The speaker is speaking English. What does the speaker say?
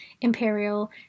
Imperial